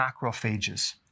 macrophages